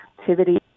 activity